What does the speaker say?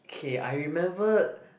k I remembered